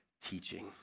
teaching